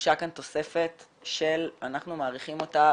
שדרושה כאן תוספת שאנחנו מעריכים אותה